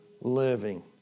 living